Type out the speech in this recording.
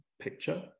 picture